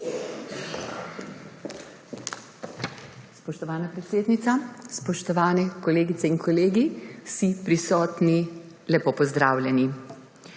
Spoštovana predsednica, spoštovani kolegice in kolegi, vsi prisotni, lepo pozdravljeni!